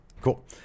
Cool